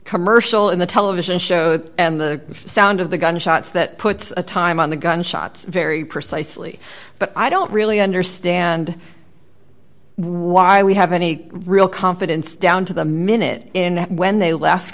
commercial in the television show and the sound of the gunshots that puts a time on the gunshots very precisely but i don't really understand why we have any real confidence down to the minute in when they left